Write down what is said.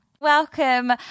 welcome